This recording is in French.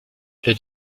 elle